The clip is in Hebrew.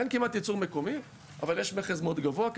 אין כמעט ייצור מקומי, אבל יש מכס מאוד גבוה.